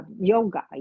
yoga